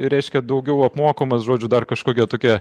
reiškia daugiau apmokamas žodžiu dar kažkokia tokia